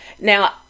now